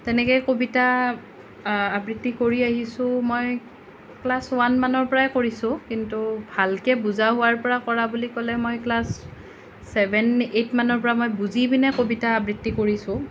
তেনেকৈ কবিতা আবৃত্তি কৰি আহিছোঁ মই ক্লাচ ওৱান মানৰ পৰাই কৰিছোঁ কিন্তু ভালকৈ বুজা হোৱাৰ পৰা কৰা বুলি ক'লে মই ক্লাচ ছেভেন এইট মানৰ পৰা মই বুজি পিনে কবিতা আবৃত্তি কৰিছোঁ